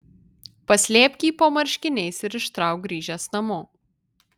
paslėpk jį po marškiniais ir ištrauk grįžęs namo